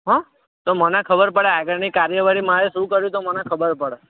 હોં તો મને ખબર પડે આગળની કાર્યવાહી મારે શું કરવી તો મને ખબર પડે